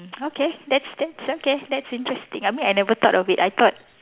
mm okay that's that's okay that's interesting I mean I never thought of it I thought